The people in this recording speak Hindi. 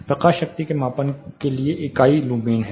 प्रकाश शक्ति के मापन के लिए इकाई लुमेन है